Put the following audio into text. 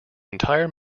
entire